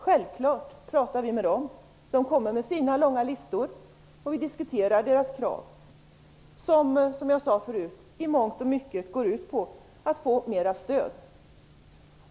Självfallet pratar vi med dem. De kommer med sina långa listor. Vi diskuterar deras krav som, vilket jag tidigare sade, i mångt och mycket går ut på att få mera stöd.